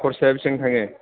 खरसाया बिसिबां थाङो